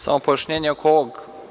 Samo pojašnjenje oko ovog.